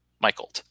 Michael